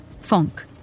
funk